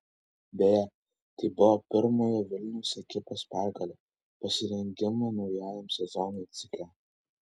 beje tai buvo pirmojo vilniaus ekipos pergalė pasirengimo naujajam sezonui cikle